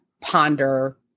ponder